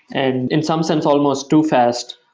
and in some sense, almost too fast.